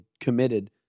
committed